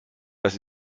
das